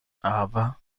ava